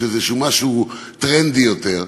או איזשהו משהו טרנדי יותר.